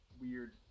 weird